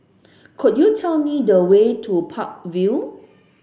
could you tell me the way to Park Vale